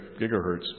gigahertz